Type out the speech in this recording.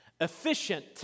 efficient